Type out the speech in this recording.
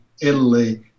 Italy